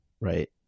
right